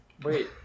Wait